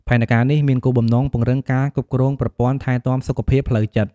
ផែនការនេះមានគោលបំណងពង្រឹងការគ្រប់គ្រងប្រព័ន្ធថែទាំសុខភាពផ្លូវចិត្ត។